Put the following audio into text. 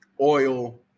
oil